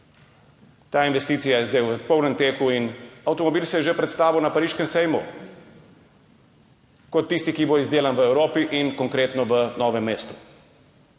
Ta investicija je zdaj v polnem teku in avtomobil se je že predstavil na pariškem sejmu kot tisti, ki bo izdelan v Evropi, konkretno v Novem mestu,